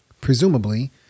Presumably